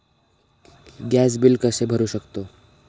Gas bill कसे भरू शकतो?